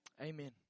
Amen